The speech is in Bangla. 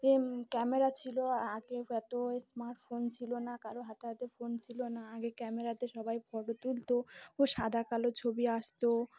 এ ক্যামেরা ছিল আগে এত স্মার্টফোন ছিল না কারো হাতে হাতে ফোন ছিল না আগে ক্যামেরাতে সবাই ফটো তুলতো ও সাদা কালো ছবি আসতো